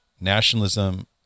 nationalism